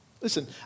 Listen